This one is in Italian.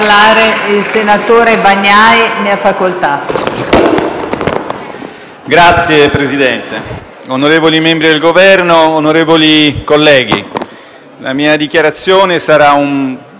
Signor Presidente, onorevoli membri del Governo, onorevoli colleghi, la mia dichiarazione sarà un breve intervento tecnico che però si riaggancia